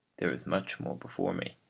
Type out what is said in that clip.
there is much more before me.